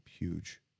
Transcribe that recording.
huge